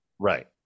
Right